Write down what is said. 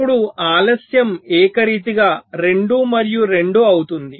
ఇప్పుడు ఆలస్యం ఏకరీతిగా 2 మరియు 2 అవుతుంది